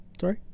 Sorry